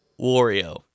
Wario